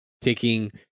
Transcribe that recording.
taking